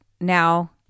now